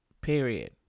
period